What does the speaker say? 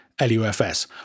LUFS